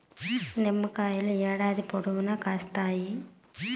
నిమ్మకాయలు ఏడాది పొడవునా కాస్తాయి